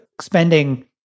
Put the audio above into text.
spending